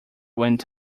went